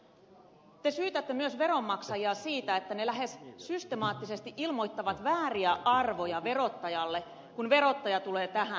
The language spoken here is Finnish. te syytätte myös veronmaksajia siitä että he lähes systemaattisesti ilmoittavat vääriä arvoja verottajalle kun verottaja tulee tähän